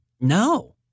No